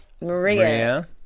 Maria